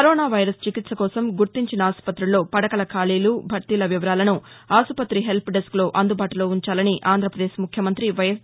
corona virus చికిత్స కోసం గుర్తించిన ఆస్పతుల్లో పడకల ఖళీలు భర్తీల వివరాలను ఆస్పత్తి హెల్ప్దెస్క్లో అందుబాటులో వుంచాలని అధికారులను ఆంధ్రపదేశ్ ముఖ్యమంత్రి వైఎస్